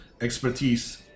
expertise